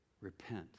Repent